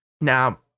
Now